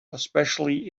especially